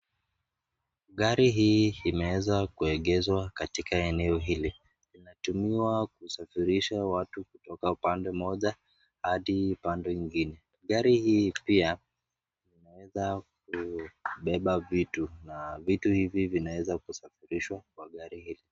Gari hii imeweza kuegezwa katika eneo hili. Inatumiwa kusafirisha watu kutoka pande moja hadi pande ingine. Gari hii pia inaweza kubeba vitu na vitu hivi vinaweza kusafirishwa kwa gari hili.